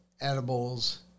edibles